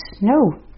no